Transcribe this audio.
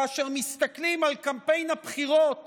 כאשר מסתכלים על קמפיין הבחירות